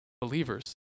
believers